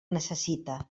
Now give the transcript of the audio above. necessita